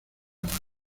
noche